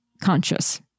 conscious